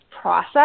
process